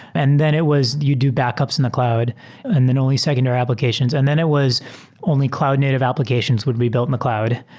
and then it was you do backups in the cloud and then only secondary applications. and then it was only cloud native applications would be built in the cloud.